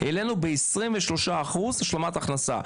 העלינו ב-23 אחוז השלמת הכנסה,